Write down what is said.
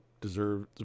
deserves